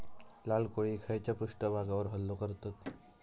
लाल कोळी खैच्या पृष्ठभागावर हल्लो करतत?